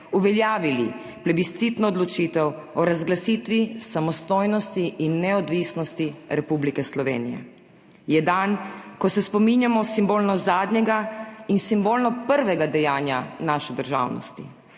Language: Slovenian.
uveljavili plebiscitno odločitev o razglasitvi samostojnosti in neodvisnosti Republike Slovenije. Je dan, ko se spominjamo simbolno zadnjega in simbolno prvega dejanja naše državnosti.